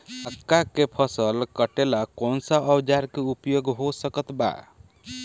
मक्का के फसल कटेला कौन सा औजार के उपयोग हो सकत बा?